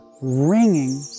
ringing